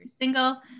single